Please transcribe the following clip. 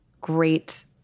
great